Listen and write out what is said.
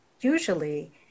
usually